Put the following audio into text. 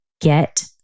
get